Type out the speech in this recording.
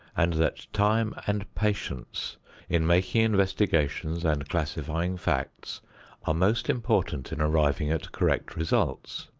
and that time and patience in making investigations and classifying facts are most important in arriving at correct results.